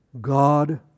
God